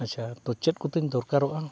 ᱟᱪᱪᱷᱟ ᱪᱮᱫ ᱠᱚᱛᱤᱧ ᱫᱚᱨᱠᱟᱨᱚᱜᱼᱟ